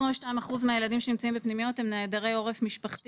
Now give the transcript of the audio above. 22% מהילדים שנמצאים בפנימיות הם נעדרי עורף משפחתי,